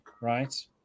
right